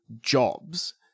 jobs